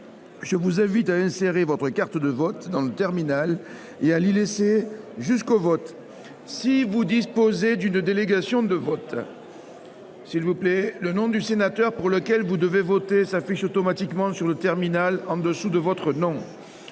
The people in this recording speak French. Je vous invite à insérer votre carte de vote dans le terminal et à l’y laisser jusqu’au vote. Si vous disposez d’une délégation de vote, le nom du sénateur pour lequel vous devez voter s’affiche automatiquement sur le terminal en dessous de votre nom.